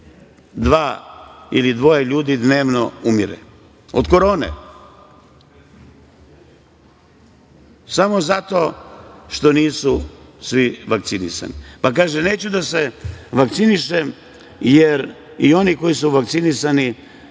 je dvoje ljudi dnevno, od korone samo zato što nisu svi vakcinisani. Kaže – neću da se vakcinišem, jer i oni koji su vakcinisani